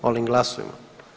Molim glasujmo.